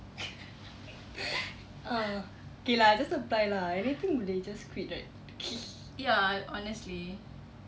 uh okay lah I just apply lah anything boleh just quit right